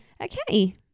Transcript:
okay